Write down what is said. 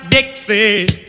Dixie